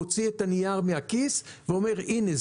ומוציא את הנייר מהכיס ואומר: הנה,